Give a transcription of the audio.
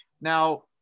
Now